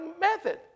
method